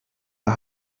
der